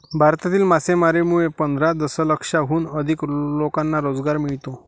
भारतातील मासेमारीमुळे पंधरा दशलक्षाहून अधिक लोकांना रोजगार मिळतो